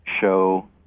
show